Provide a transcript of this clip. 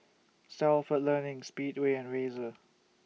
Stalford Learning Speedway and Razer